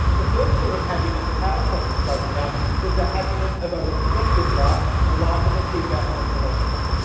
the third sort of happiness that aristotle spoke about was the happiness of a reflective life, a life of a thinker and a philosopher.